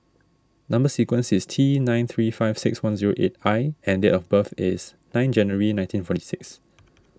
Number Sequence is T nine three five six one zero eight I and date of birth is nine January nineteen forty six